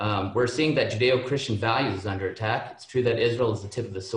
ראיתי אתכם כאן בווידאו, אז תודה על המיזם